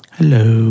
Hello